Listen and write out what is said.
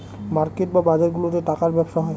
market বা বাজারগুলাতে টাকার ব্যবসা হয়